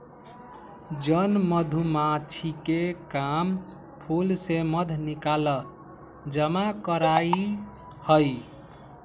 जन मधूमाछिके काम फूल से मध निकाल जमा करनाए हइ